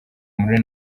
muri